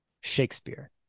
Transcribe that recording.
Shakespeare